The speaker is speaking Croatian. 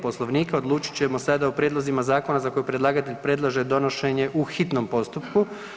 Poslovnika odlučit ćemo sada o prijedlozima zakona za koje predlagatelj predlaže donošenje u hitnom postupku.